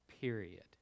period